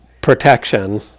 protection